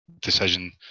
decision